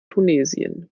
tunesien